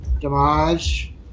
Damage